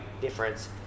difference